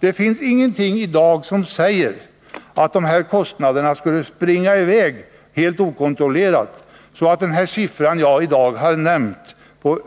Det finns i dag ingenting som säger att kostnaderna skulle springa i väg helt okontrollerat, så den siffra jag i dag nämnt — Per